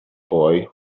boy